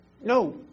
no